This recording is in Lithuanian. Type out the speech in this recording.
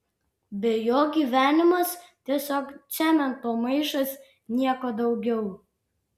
be jo gyvenimas tiesiog cemento maišas nieko daugiau